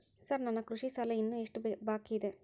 Sir ನನ್ನ ಕೃಷಿ ಸಾಲ ಇನ್ನು ಎಷ್ಟು ಬಾಕಿಯಿದೆ?